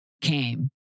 came